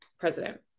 president